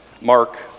Mark